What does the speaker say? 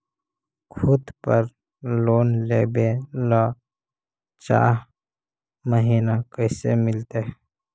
खूत पर लोन लेबे ल चाह महिना कैसे मिलतै?